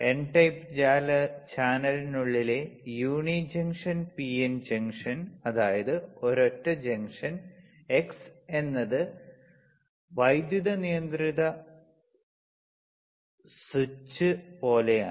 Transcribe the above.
N type ചാനലിനുള്ളിലെ unijunction P N junction അതായത് ഒരൊറ്റ ജംഗ്ഷൻ എക്സ് എന്നത് വൈദ്യുത നിയന്ത്രിത സ്വിച്ച് പോലെയാണ്